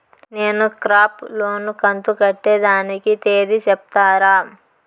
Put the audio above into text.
నేను crop loan కంతు కట్టేదానికి తేది సెప్తారా?